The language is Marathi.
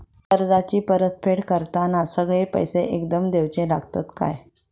कर्जाची परत फेड करताना सगळे पैसे एकदम देवचे लागतत काय?